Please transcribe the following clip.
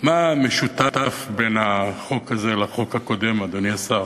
מה משותף בין החוק הזה לחוק הקודם, אדוני השר,